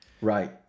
Right